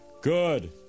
Good